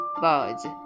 birds